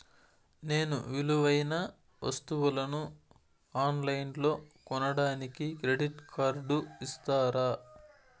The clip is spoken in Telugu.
నేను విలువైన వస్తువులను ఆన్ లైన్లో కొనడానికి క్రెడిట్ కార్డు ఇస్తారా?